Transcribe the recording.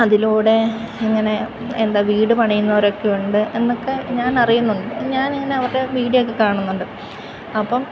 അതിലൂടെ ഇങ്ങനെ എന്താണ് വീട് പണിയുന്നവരൊക്കെ ഉണ്ട് എന്നൊക്കെ ഞാൻ അറിയുന്നുണ്ട് ഞാനിങ്ങനെ അവരുടെ വീഡിയോ ഒക്കെ കാണുന്നുണ്ട് അപ്പം